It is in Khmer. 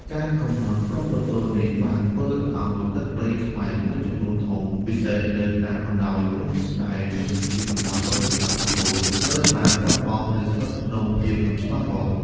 ការកំណត់ព្រំប្រទល់នេះបានធ្វើឱ្យទឹកដីខ្មែរមួយចំនួនធំ ពិសេសនៅតាមបណ្តោយព្រំដែន ដូចជាតំបន់ដូនកែវ កំពត ត្រូវបានបាត់បង់ ឬស្ថិតក្នុងភាពមិនច្បាស់លាស់។